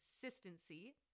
consistency